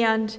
and